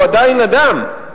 הוא עדיין אדם,